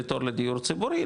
לתור לדיור ציבורי,